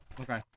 Okay